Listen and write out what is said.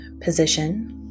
position